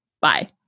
Bye